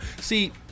See